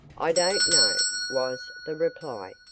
i don't know, was the reply.